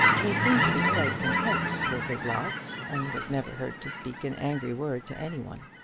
he seemed to be quite contented with his lot, and was never heard to speak an angry word to any one.